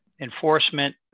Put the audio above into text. enforcement